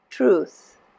truth